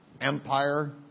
empire